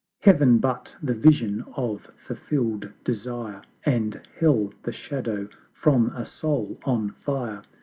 heav'n but the vision of fulfill'd desire, and hell the shadow from a soul on fire,